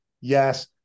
yes